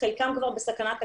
חלקם כבר בסכנת הכחדה,